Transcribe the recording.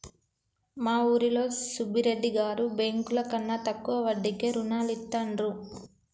మా ఊరిలో సుబ్బిరెడ్డి గారు బ్యేంకుల కన్నా తక్కువ వడ్డీకే రుణాలనిత్తండ్రు